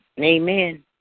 Amen